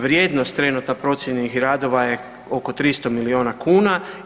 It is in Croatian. Vrijednost trenutno procijenjenih radova je oko 300 miliona kuna.